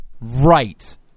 Right